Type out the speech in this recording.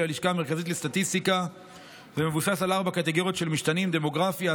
הלשכה המרכזית לסטטיסטיקה ומבוססת על ארבע קטגוריות של משתנים: דמוגרפיה,